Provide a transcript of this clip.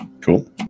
Cool